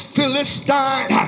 Philistine